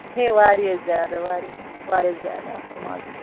ہے واریاہ زیادٕ واریاہ واریاہ زیادٕ اَصٕل مزٕ